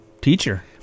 teacher